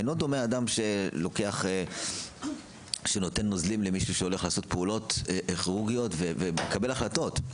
אינו דומה אדם שנותן נוזלים לאדם שעושה פעולות כירורגיות ומקבל החלטות.